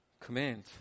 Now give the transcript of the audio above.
Command